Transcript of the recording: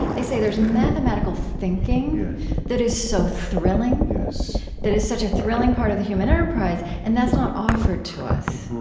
they say, there's mathematical thinking yeah that is so thrilling, that is such a thrilling part of the human enterprise. and that's not offered to us.